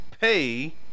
pay